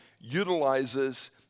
utilizes